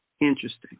interesting